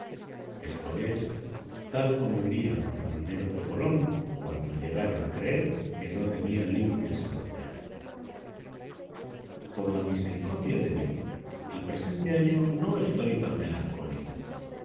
esto es tal como irían los marineros de colón cuando llegaron a creer que no tenía límites el océano por la misericordia de dios el presente año no estoy tan melancólico